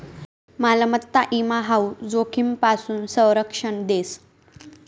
मालमत्ताना ईमा हाऊ जोखीमपासून संरक्षण देस